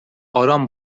آرام